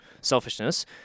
selfishness